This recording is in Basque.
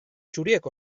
txuriek